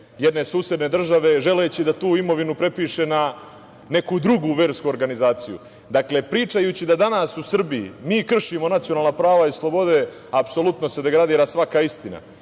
jedne susedne države želeći da tu imovinu prepiše na neku drugu versku organizaciju. Dakle, pričajući da danas u Srbiji mi kršimo nacionalna prava i slobode, apsolutno se degradira svaka istina.